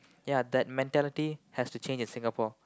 ya that mentality has to change in Singapore